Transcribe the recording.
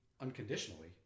unconditionally